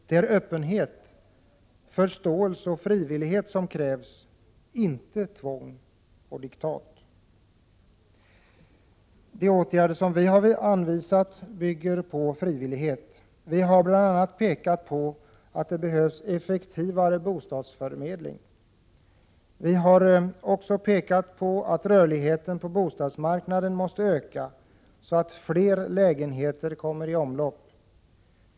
Det är öppenhet, förståelse och frivillighet som krävs — inte tvång och diktat. De åtgärder vi har föreslagit bygger på frivillighet. Vi har bl.a. pekat på att det behövs effektivare bostadsförmedling. Vi har vidare pekat på att rörligheten på bostadsmarknaden måste öka så att fler lägenheter kommer i omlopp.